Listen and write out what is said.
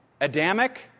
Adamic